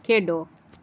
ਖੇਡੋ